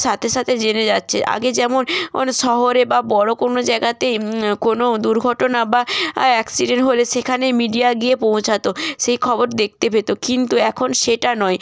সাথে সাথে জেনে যাচ্ছে আগে যেমন অনেক শহরে বা বড়ো কোনো জায়গাতে কোনো দুর্ঘটনা বা অ্যাকসিডেন্ট হলে সেখানে মিডিয়া গিয়ে পৌঁছাতো সেই খবর দেখতে পেতো কিন্তু এখন সেটা নয়